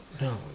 No